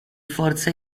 forza